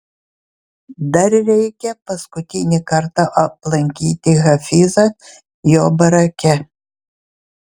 dar reikia paskutinį kartą aplankyti hafizą jo barake